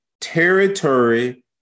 territory